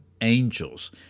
angels